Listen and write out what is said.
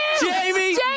Jamie